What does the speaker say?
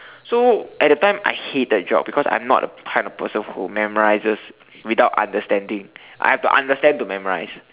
so at the time I hated geog because I'm not the kind of person who memorizes without understanding I have to understand to memorize